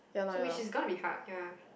so which is gonna be hard ya